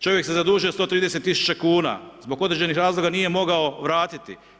Čovjek se zadužio 130 tisuća kuna, zbog određenih razloga nije mogao vratiti.